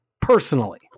personally